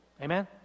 Amen